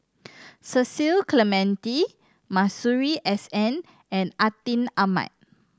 Cecil Clementi Masuri S N and Atin Amat